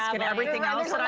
and everything else. but